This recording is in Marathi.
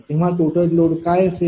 तेव्हा टोटल लोड काय असेल